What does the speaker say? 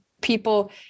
people